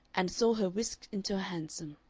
and saw her whisked into a hansom.